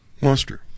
Monster